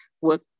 work